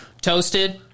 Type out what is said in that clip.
Toasted